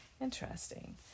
Interesting